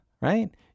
right